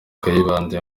kayibanda